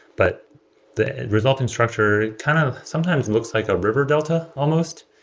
but the resulting structure kind of sometimes looks like a river delta almost,